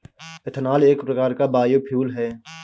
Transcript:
ethanol एक प्रकार का बायोफ्यूल है